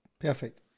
perfect